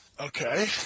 Okay